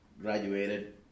graduated